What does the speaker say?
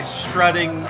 strutting